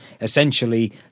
essentially